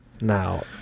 Now